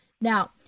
Now